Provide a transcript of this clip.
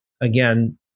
again